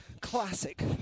classic